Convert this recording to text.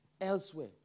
Elsewhere